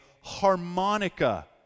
harmonica